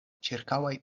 ĉirkaŭaj